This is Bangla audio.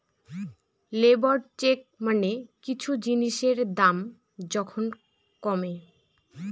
লেবর চেক মানে কিছু জিনিসের দাম যখন কমে